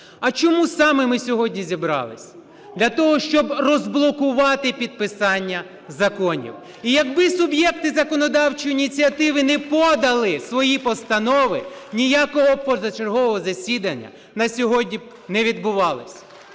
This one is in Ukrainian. а чому саме ми сьогодні зібралися. Для того, щоб розблокувати підписання законів. І якби суб'єкти законодавчої ініціативи не подали свої постанови, ніякого позачергового засідання на сьогодні не відбувалось